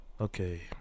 Okay